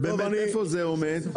ובאמת, איפה זה עומד?